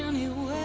you